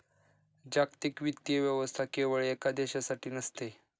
जागतिक वित्तीय व्यवस्था केवळ एका देशासाठी नसते